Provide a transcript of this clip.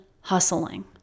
hustling